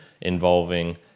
involving